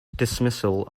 dismissal